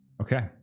Okay